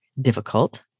difficult